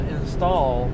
install